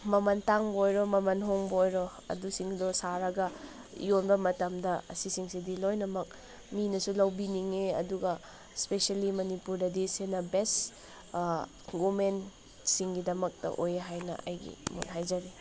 ꯃꯃꯜ ꯇꯥꯡꯕ ꯑꯣꯏꯔꯣ ꯃꯃꯜ ꯍꯣꯡꯕ ꯑꯣꯏꯔꯣ ꯑꯗꯨꯁꯤꯡꯗꯣ ꯁꯥꯔꯒ ꯌꯣꯟꯕ ꯃꯇꯝꯗ ꯑꯁꯤꯁꯤꯡꯁꯤꯗꯤ ꯂꯣꯏꯅꯃꯛ ꯃꯤꯅꯁꯨ ꯂꯧꯕꯤꯅꯤꯡꯉꯦ ꯑꯗꯨꯒ ꯏꯁꯄꯤꯁꯦꯜꯂꯤ ꯃꯅꯤꯄꯨꯔꯗꯗꯤ ꯁꯤꯅ ꯕꯦꯁ ꯋꯨꯃꯦꯟꯁꯤꯡꯒꯤꯗꯃꯛꯇ ꯑꯣꯏ ꯍꯥꯏꯅ ꯑꯩꯒꯤ ꯃꯣꯠ ꯍꯥꯏꯖꯔꯤ